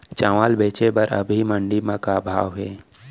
चांवल बेचे बर अभी मंडी म का भाव हे?